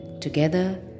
Together